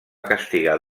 castigar